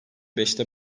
beşte